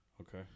Okay